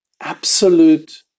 absolute